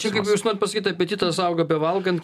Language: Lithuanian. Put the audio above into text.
čia kaip jūs norit pasakyt apetitas auga bevalgant